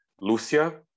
Lucia